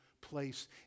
place